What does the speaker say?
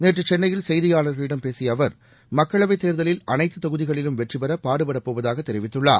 நேற்று சென்னையில் செய்தியாளர்களிடம் பேசிய அவர் மக்களவைத் தேர்தலில் அனைத்து தொகுதிகளிலும் வெற்றிபெற பாடுபடப் போவதாக தெரிவித்துள்ளார்